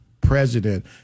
president